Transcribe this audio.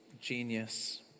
genius